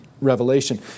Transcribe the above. Revelation